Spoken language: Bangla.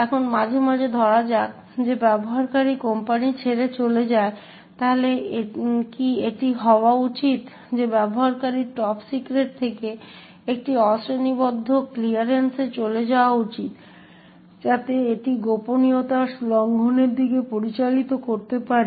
এখন মাঝে মাঝে ধরা যাক যে ব্যবহারকারী কোম্পানি ছেড়ে চলে যায় তাহলে কি এটি হওয়া উচিত যে ব্যবহারকারীর টপ সিক্রেট থেকে একটি অশ্রেণীবদ্ধ ক্লিয়ারেন্সে চলে যাওয়া উচিত যাতে এটি গোপনীয়তার লঙ্ঘনের দিকে পরিচালিত করতে পারে